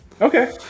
Okay